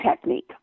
technique